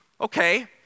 Okay